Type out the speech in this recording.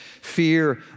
Fear